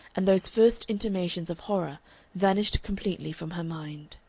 and those first intimations of horror vanished completely from her mind.